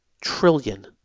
trillion